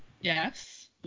Yes